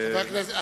מי יענה?